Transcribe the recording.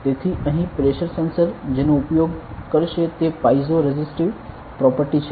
તેથી અહીં pressure sensor જેનો ઉપયોગ કરશે તે પાઇઝો રેસિસ્ટિવ પ્રોપર્ટી છે